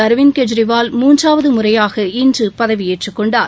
அரவிந்த் கெஜ்ரிவால் மூன்றாவது முறையாக இன்று பதவியேற்றுக் கொண்டார்